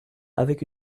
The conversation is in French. avec